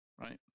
right